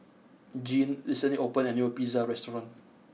Jeanne recently opened a new Pizza restaurant